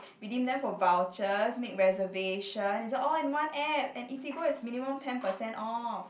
redeem them for vouchers make reservations it's a all in one app and Eatigo is minimum ten percent off